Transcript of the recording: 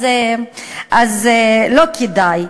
אז לא כדאי.